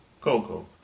Coco